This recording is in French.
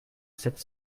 sept